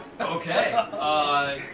Okay